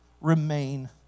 remain